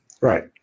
Right